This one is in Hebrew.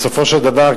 בסופו של דבר,